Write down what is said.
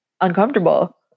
uncomfortable